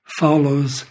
follows